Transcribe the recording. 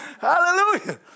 Hallelujah